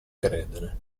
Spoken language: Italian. credere